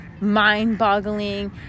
mind-boggling